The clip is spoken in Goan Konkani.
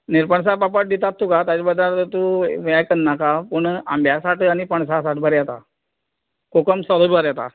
निरपणसा पापड दितात तुका ताज्या बद्दल तूं यें करनाका पूण आंब्या साट आनी पणसा साट बरें येता कोकम सोलु बरें येता